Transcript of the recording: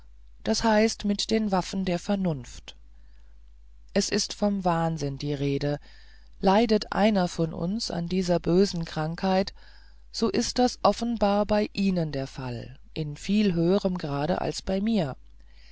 das heißt mit den waffen der vernunft es ist vom wahnsinn die rede leidet einer von uns an dieser bösen krankheit so ist das offenbar bei ihnen der fall in viel höherem grade als bei mir